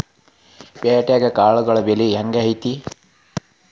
ಪ್ಯಾಟ್ಯಾಗ್ ಕಾಳುಗಳ ಬೆಲೆ ಹೆಂಗ್ ಐತಿ?